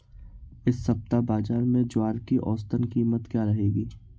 इस सप्ताह बाज़ार में ज्वार की औसतन कीमत क्या रहेगी?